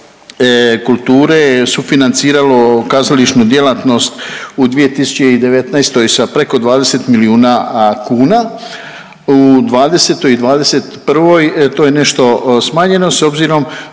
kulture sufinanciralo kazališnu djelatnost u 2019. sa preko 20 milijuna kuna. U 2020. i 2021. to je nešto smanjeno s obzirom